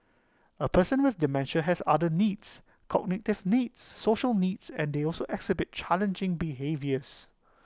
A person with dementia has other needs cognitive needs social needs and they also exhibit challenging behaviours